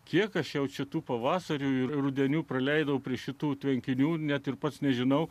kiek aš jaučiu tų pavasarių ir rudeniu praleidau prie šitų tvenkinių net ir pats nežinau